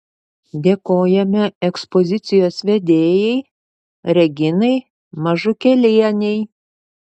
dėkojame ekspozicijos vedėjai reginai mažukėlienei